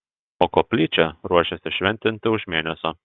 o koplyčią ruošiasi šventinti už mėnesio